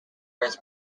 was